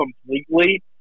completely